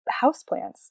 houseplants